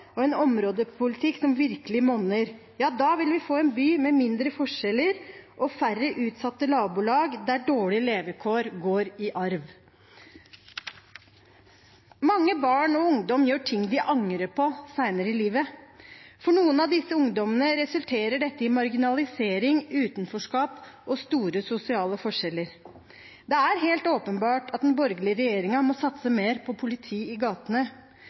og en områdepolitikk som virkelig monner. Da vil vi få en by med mindre forskjeller og færre utsatte nabolag der dårlige levekår går i arv. Mange barn og unge gjør ting de angrer på senere i livet. For noen av disse ungdommene resulterer dette i marginalisering, utenforskap og store sosiale forskjeller. Det er helt åpenbart at den borgerlige regjeringen må satse mer på politi i gatene.